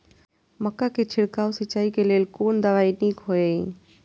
मक्का के छिड़काव सिंचाई के लेल कोन दवाई नीक होय इय?